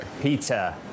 Pizza